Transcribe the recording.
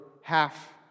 half